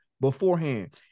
beforehand